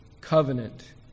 covenant